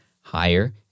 higher